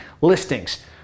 listings